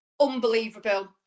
unbelievable